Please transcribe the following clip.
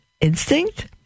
instinct